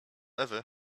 ewy